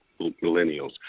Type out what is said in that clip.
Millennials